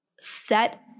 Set